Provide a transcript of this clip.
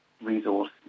resource